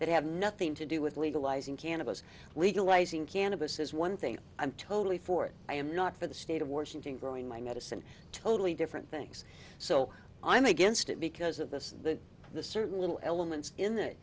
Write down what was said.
that have nothing to do with legalizing cannabis legalizing cannabis is one thing i'm totally for it i am not for the state of washington growing my medicine totally different things so i'm against it because of the the certain little elements in it